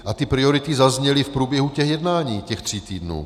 A ty priority zazněly v průběhu těch jednání těch tří týdnů.